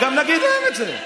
וגם נגיד להם את זה,